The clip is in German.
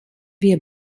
wir